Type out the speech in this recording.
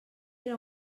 era